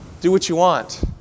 do-what-you-want